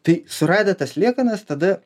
tai suradę tas liekanas tada